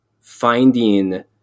finding